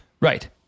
right